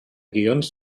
guions